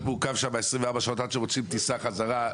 מעוכב שם 24 שעות עד שמוצאים טיסה בחזרה,